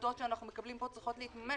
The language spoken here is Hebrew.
החלטות שאנחנו מקבלים פה צריכות להתממש